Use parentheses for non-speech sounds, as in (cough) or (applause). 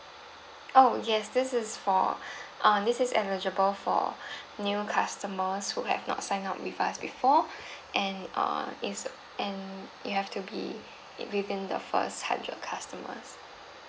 oh yes this is for (breath) uh this is eligible for (breath) new customers who have not sign up with us before and uh it's and you have to be in within the first hundred customers